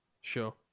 Sure